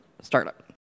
startup